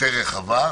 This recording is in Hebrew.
יותר רחבה.